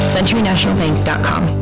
CenturyNationalBank.com